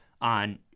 on